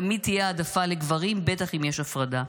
תמיד תהיה העדפה לגברים, בטח אם יש הפרדה.